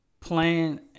plan